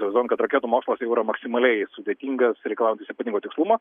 įsivaizduojam kad raketų mokslas tai jau yra maksimaliai sudėtingas reikalaujantis ypatingo tikslumo